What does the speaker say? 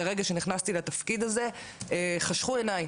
מרגע שנכנסתי לתפקיד הזה חשכו עיני,